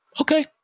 okay